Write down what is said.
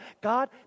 God